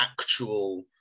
actual